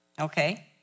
Okay